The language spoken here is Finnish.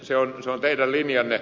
se on teidän linjanne